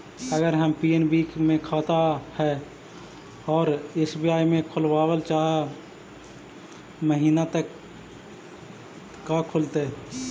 अगर हमर पी.एन.बी मे खाता है और एस.बी.आई में खोलाबल चाह महिना त का खुलतै?